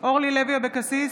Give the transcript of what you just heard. אורלי לוי אבקסיס,